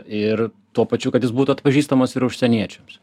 ir tuo pačiu kad jis būtų atpažįstamas ir užsieniečiams